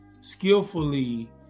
skillfully